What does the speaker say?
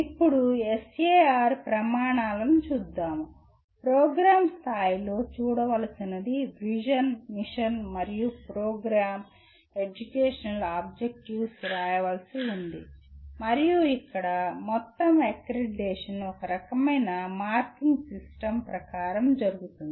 ఇప్పుడు SAR ప్రమాణాలను చూద్దాము ప్రోగ్రామ్ స్థాయిలో చూడవలసినది విజన్ మిషన్ మరియు ప్రోగ్రామ్ ఎడ్యుకేషనల్ ఆబ్జెక్టివ్స్ వ్రాయవలసి ఉంది మరియు ఇక్కడ మొత్తం అక్రిడిటేషన్ ఒక రకమైన మార్కింగ్ సిస్టమ్ ప్రకారం జరుగుతుంది